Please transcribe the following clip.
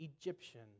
Egyptian